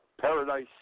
paradise